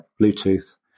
Bluetooth